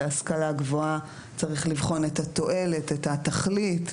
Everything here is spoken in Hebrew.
בהשכלה הגבוהה צריך לבחון את התועלת, את התכלית,